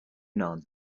know